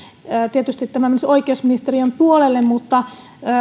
tietysti tämä menisi oikeusministeriön puolelle mutta